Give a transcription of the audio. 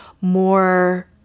more